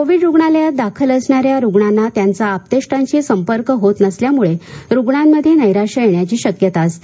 Covid रूग्णालयात दाखल असणाऱ्या रूग्णांना त्यांचा आप्तेष्टांशी संपर्क होत नसल्यामुळे रुग्णांमध्ये नैराश्य येण्याची शक्यता असते